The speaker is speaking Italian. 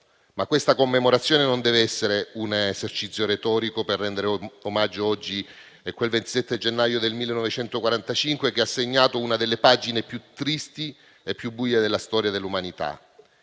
Questa commemorazione non deve essere però un esercizio retorico per rendere omaggio oggi a quel 27 gennaio del 1945 che ha segnato una delle pagine più tristi e più buie della storia dell'umanità.